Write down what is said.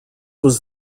was